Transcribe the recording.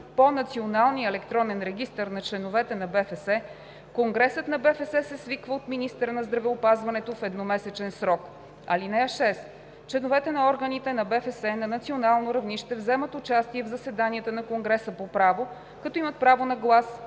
по националния електронен регистър на членовете на БФС, конгресът на БФС се свиква от министъра на здравеопазването в едномесечен срок. (6) Членовете на органите на БФС на национално равнище вземат участие в заседанията на конгреса по право, като имат право на глас,